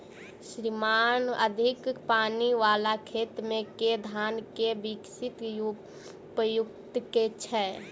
श्रीमान अधिक पानि वला खेत मे केँ धान केँ किसिम उपयुक्त छैय?